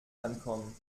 ankommen